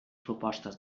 propostes